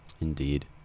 Indeed